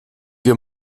wir